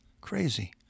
Crazy